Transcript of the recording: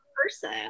person